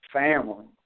family